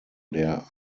der